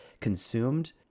consumed